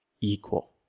equal